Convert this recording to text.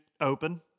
open